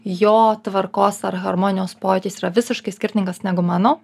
jo tvarkos ar harmonijos pojūtis yra visiškai skirtingas negu mano